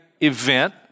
event